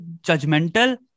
judgmental